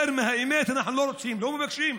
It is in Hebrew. יותר מהאמת אנחנו לא רוצים, לא מבקשים.